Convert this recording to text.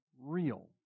Real